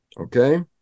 Okay